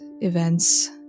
events